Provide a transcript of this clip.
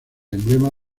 emblema